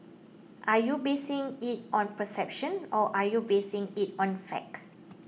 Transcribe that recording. are you basing it on perception or are you basing it on fact